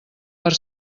per